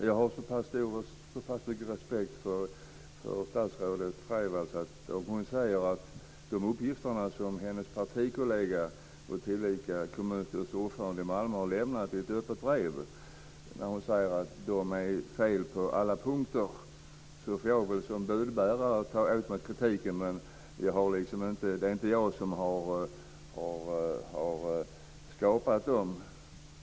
Fru talman! Jag har så pass mycket respekt för statsrådet Freivalds att om hon säger att de uppgifter som hennes partikollega, tillika kommunstyrelsens ordförande i Malmö, har lämnat i ett öppet brev är felaktiga på alla punkter så får jag väl som budbärare ta åt mig kritiken. Men det är inte jag som har skapat dessa uppgifter.